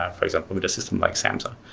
ah for example with a system like samza.